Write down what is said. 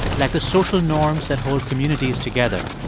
like the social norms that hold communities together,